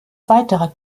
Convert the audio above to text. weiterer